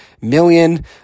million